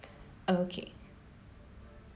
okay